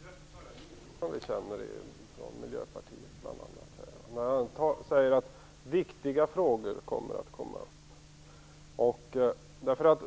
Fru talman! Jag tycker att det som Nils T Svensson säger bekräftar den oro som bl.a. vi i Miljöpartiet känner. Han säger att viktiga frågor kommer att tas upp. Enligt